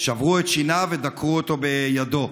שברו את שיניו ודקרו אותו בידו.